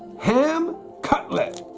ham cutlet